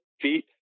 feet